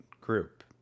group